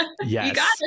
Yes